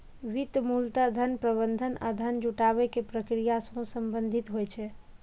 वित्त मूलतः धन प्रबंधन आ धन जुटाबै के प्रक्रिया सं संबंधित होइ छै